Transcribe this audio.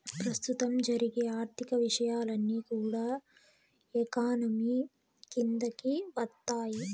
ప్రస్తుతం జరిగే ఆర్థిక విషయాలన్నీ కూడా ఎకానమీ కిందికి వత్తాయి